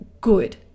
good